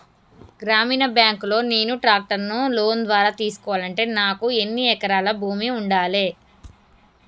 గ్రామీణ బ్యాంక్ లో నేను ట్రాక్టర్ను లోన్ ద్వారా తీసుకోవాలంటే నాకు ఎన్ని ఎకరాల భూమి ఉండాలే?